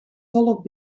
volop